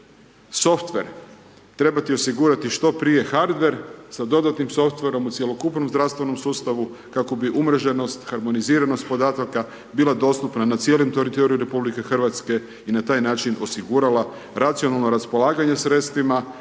softver, trebati osigurati što prije hardver sa dodatnim softverom u cjelokupnom zdravstvenom sustavu, kako bi umreženost, harmoniziranost podataka, bila dostupna na cijelom teritoriju RH i na taj način osigurala racionalno raspolaganje sredstvima,